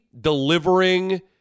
delivering